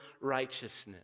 righteousness